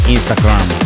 Instagram